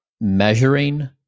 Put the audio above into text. measuring